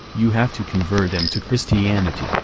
you have to convert them to christianity,